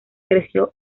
creció